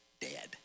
dead